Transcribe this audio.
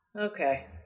Okay